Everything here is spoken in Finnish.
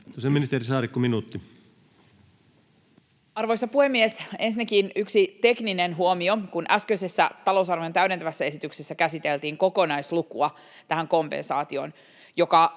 ministeri Saarikko, 1 minuutti. Arvoisa puhemies! Ensinnäkin yksi tekninen huomio: kun äskeisessä talousarvion täydentävässä esityksessä käsiteltiin kokonaislukua tähän kompensaatioon,